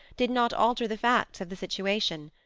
did not alter the facts of the situation.